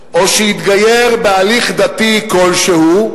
או שהתגייר בהליך דתי כלשהו,